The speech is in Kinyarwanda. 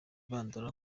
bandora